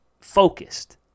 focused